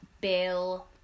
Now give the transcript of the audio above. Bill